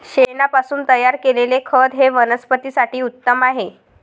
शेणापासून तयार केलेले खत हे वनस्पतीं साठी उत्तम आहे